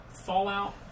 fallout